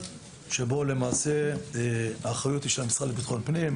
שבה האחריות היא של המשרד לביטחון פנים.